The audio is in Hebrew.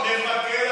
הפלסטיני,